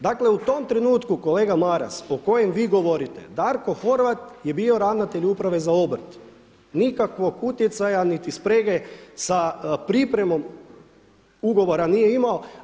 Dakle u tom trenutku kolega Maras o kojem vi govorite Darko Horvat je bio ravnatelj uprave za obrt, nikakvog utjecaja niti sprege sa pripremom ugovora nije imao.